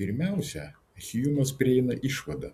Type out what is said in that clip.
pirmiausia hjumas prieina išvadą